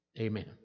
Amen